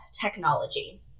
technology